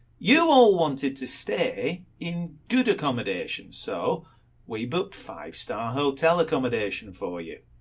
you all wanted to stay in good accommodation, so we booked five star hotel accommodation for you.